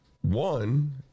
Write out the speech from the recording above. One